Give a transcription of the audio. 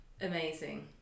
Amazing